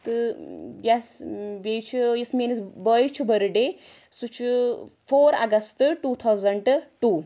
تہٕ یس بیٚیہِ چھُ میٲنِس بٲیِس چھُ برتھ ڈے سُہ چھُ four August two thousand two